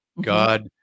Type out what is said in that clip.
God